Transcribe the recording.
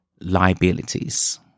liabilities